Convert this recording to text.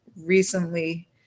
recently